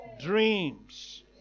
dreams